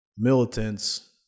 militants